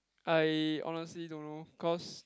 I honestly don't know cause